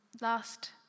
Last